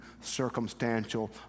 circumstantial